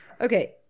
Okay